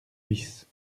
vices